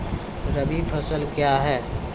रबी फसल क्या हैं?